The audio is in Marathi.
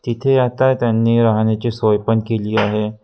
तिथे आता त्यांनी राहण्याची सोय पण केली आहे